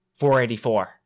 484